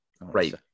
Right